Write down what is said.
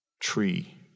tree